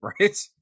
Right